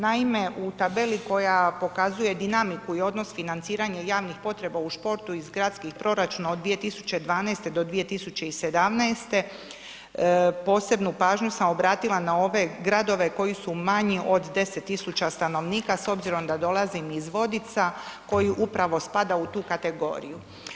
Naime, u tabeli koja pokazuje i odnos financiranja javnih potreba u športu iz gradskih proračuna od 2012. do 2017., posebnu pažnju sam obratila na ove gradove koji su manji od 10 000 stanovnika s obzirom da dolazim iz Vodica koji upravo spada u kategoriju.